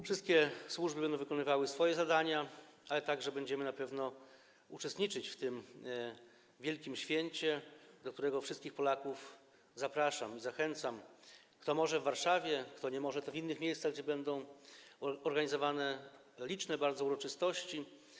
Wszystkie służby będą wykonywały swoje zadania, ale także będziemy na pewno uczestniczyć w tym wielkim święcie, do czego wszystkich Polaków zapraszam i zachęcam - kto może, w Warszawie, kto nie może, to w innych miejscach, gdzie będą organizowane bardzo liczne uroczystości.